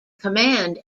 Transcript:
command